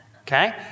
Okay